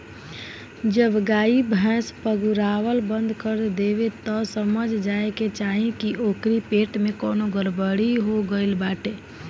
जब गाई भैस पगुरावल बंद कर देवे तअ समझ जाए के चाही की ओकरी पेट में कवनो गड़बड़ी हो गईल बाटे